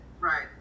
Right